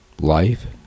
life